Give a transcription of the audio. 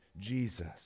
Jesus